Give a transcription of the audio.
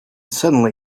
suddenly